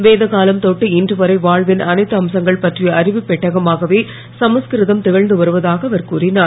வேதகாலம் தொட்டு இன்று வரை வாழ்வின் அனைத்து அம்சங்கள் பற்றிய அறிவுப் பெட்டகமாகவே சமஸ்கிருதம் திகழ்ந்து வருவதாக அவர் கூறினார்